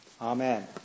Amen